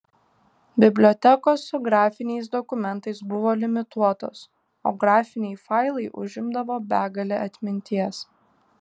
bibliotekos su grafiniais dokumentais buvo limituotos o grafiniai failai užimdavo begalę atminties